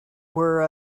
were